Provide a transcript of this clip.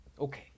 Okay